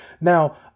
Now